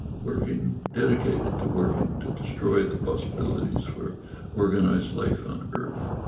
working, dedicated to working to destroy the possibilities for organised life on earth.